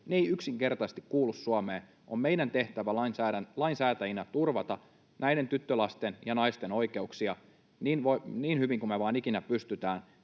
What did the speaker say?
eivät yksinkertaisesti kuulu Suomeen. On meidän tehtävämme lainsäätäjinä turvata näiden tyttölasten ja naisten oikeuksia niin hyvin kuin me vain ikinä pystymme.